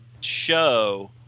show